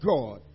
God